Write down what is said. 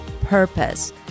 purpose